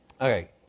Okay